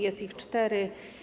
Jest ich cztery.